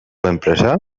enpresa